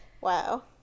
wow